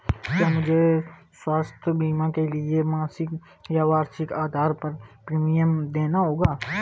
क्या मुझे स्वास्थ्य बीमा के लिए मासिक या वार्षिक आधार पर प्रीमियम देना होगा?